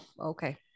okay